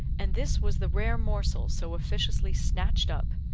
and this was the rare morsel so officiously snatched up,